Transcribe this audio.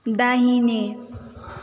दाहिने